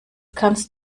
kannst